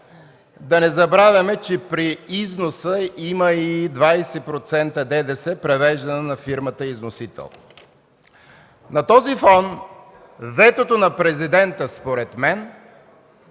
Да не забравяме, че при износа има и 20% ДДС, превеждано на фирмата износител. На този фон ветото на Президента, според мен,